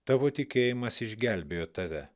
tavo tikėjimas išgelbėjo tave